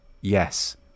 yes